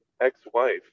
ex-wife